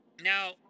Now